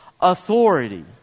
Authority